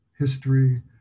history